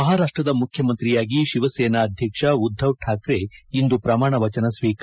ಮಹಾರಾಷ್ಟ್ದ ಮುಖ್ಯಮಂತ್ರಿಯಾಗಿ ಶಿವಸೇನಾ ಅಧ್ಯಕ್ಷ ಉದ್ದವ್ ಠಾಕ್ರೆ ಇಂದು ಪ್ರಮಾಣವಚನ ಸ್ವೀಕಾರ